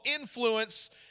influence